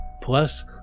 plus